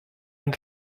man